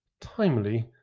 timely